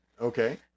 Okay